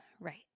right